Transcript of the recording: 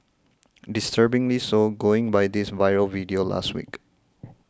disturbingly so going by this viral video last week